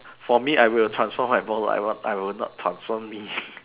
for me I will transform my boss I will not transform me